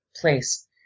place